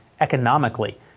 economically